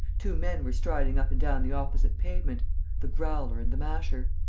two men were striding up and down the opposite pavement the growler and the masher.